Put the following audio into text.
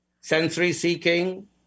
sensory-seeking